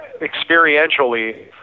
experientially